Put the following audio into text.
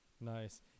Nice